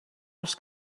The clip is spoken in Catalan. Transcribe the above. els